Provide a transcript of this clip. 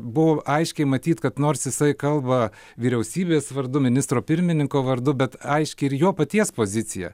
buvo aiškiai matyti kad nors jisai kalba vyriausybės vardu ministro pirmininko vardu bet aiški ir jo paties pozicija